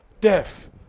Death